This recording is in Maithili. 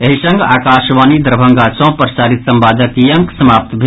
एहि संग आकाशवाणी दरभंगा सँ प्रसारित संवादक ई अंक समाप्त भेल